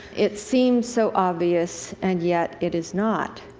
it seems so obvious, and yet it is not.